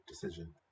decision